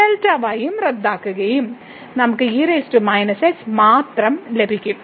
Δy ഉം റദ്ദാക്കുകയും നമ്മൾക്ക് മാത്രമേ ലഭിക്കൂ